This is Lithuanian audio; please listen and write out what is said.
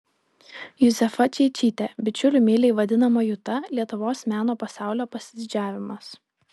juzefa čeičytė bičiulių meiliai vadinama juta lietuvos meno pasaulio pasididžiavimas